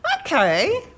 Okay